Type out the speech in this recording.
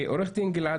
עורך דין גלעד